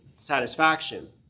satisfaction